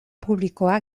publikoa